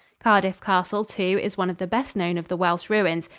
cardiff castle, too, is one of the best known of the welsh ruins,